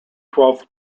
twelfth